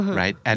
right